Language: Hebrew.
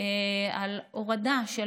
על הורדה של